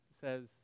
says